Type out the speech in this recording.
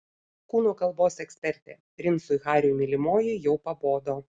kūno kalbos ekspertė princui hariui mylimoji jau pabodo